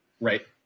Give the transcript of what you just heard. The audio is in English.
right